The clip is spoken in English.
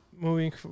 moving